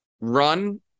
run